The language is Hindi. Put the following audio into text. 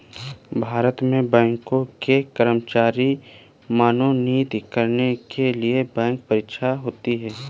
भारत में बैंक के कर्मचारी मनोनीत करने के लिए बैंक परीक्षा होती है